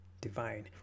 divine